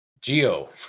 Geo